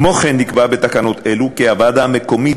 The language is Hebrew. כמו כן נקבע בתקנות אלו כי הוועדה המקומית